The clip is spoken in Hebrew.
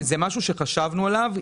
זה משהו שחשבנו עליו.